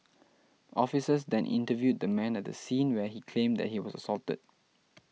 officers then interviewed the man at the scene where he claimed that he was assaulted